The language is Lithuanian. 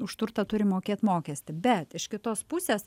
už turtą turim mokėt mokestį bet iš kitos pusės